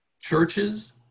churches